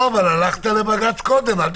אבל הלכת לבג"ץ קודם.